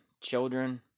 children